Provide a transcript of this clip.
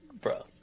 bro